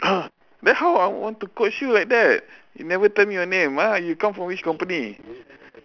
then how I want to coach you like you never tell me your name ah you come from which company